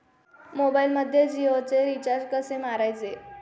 मोबाइलमध्ये जियोचे रिचार्ज कसे मारायचे?